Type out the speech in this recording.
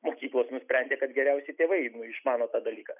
mokyklos nusprendė kad geriausiai tėvai išmano tą dalyką